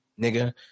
nigga